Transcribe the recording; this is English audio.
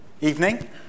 Evening